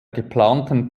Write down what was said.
geplanten